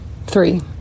Three